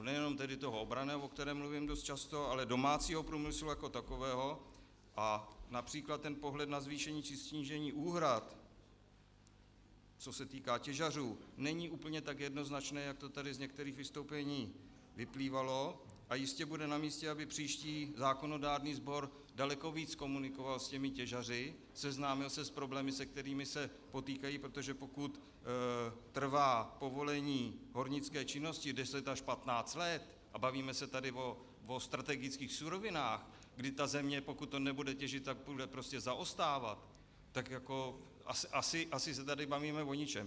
Nejenom tedy toho obranného, o kterém mluvím dost často, ale domácího průmyslu jako takového, a například pohled na zvýšení či snížení úhrad, co se týká těžařů, není úplně tak jednoznačné, jak to tady z některých vystoupení vyplývalo, a jistě bude namístě, aby příští zákonodárný sbor daleko víc komunikoval s těžaři, seznámil se s problémy, s kterými se potýkají, protože pokud trvá povolení hornické činnosti 10 až 15 let, a bavíme se tady o strategických surovinách, kdy ta země, pokud to nebude těžit, bude zaostávat, tak asi se tady bavíme o ničem.